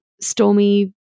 stormy